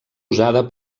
usada